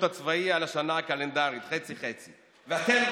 הצבאי נופל להם על השנה הקלנדרית חצי-חצי ואתם